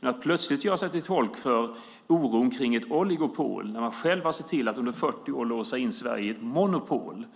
Man gör sig plötsligt till tolk för oron för ett oligopol när man själv har sett till att under 40 år låsa in Sverige i ett monopol.